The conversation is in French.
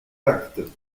actes